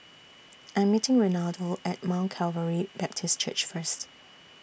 I Am meeting Renaldo At Mount Calvary Baptist Church First